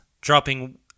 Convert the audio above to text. dropping